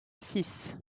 six